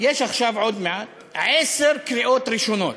יש עכשיו, עוד מעט, עשר קריאות ראשונות.